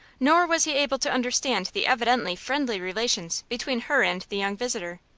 nor was he able to understand the evidently friendly relations between her and the young visitor.